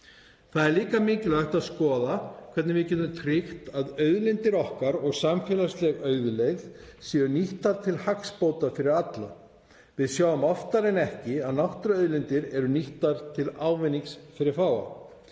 Það er líka mikilvægt að skoða hvernig við getum tryggt að auðlindir okkar og samfélagsleg auðlegð séu nýttar til hagsbóta fyrir alla. Við sjáum oftar en ekki að náttúruauðlindir eru nýttar til ávinnings fyrir fáa.